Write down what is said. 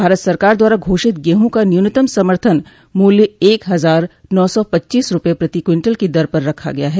भारत सरकार द्वारा घोषित गेहूं का न्यूनतम समर्थन मूल्य एक हजार नौ सौ पच्चीस रूपये प्रति क्विंटल की दर पर रखा गया है